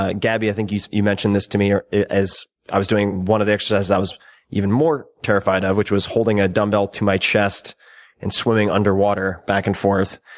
ah gabby, i think you you mentioned this to me as i was doing one of the exercises i was even more terrified of, which was holding a dumbbell to my chest and swimming underwater back and forth.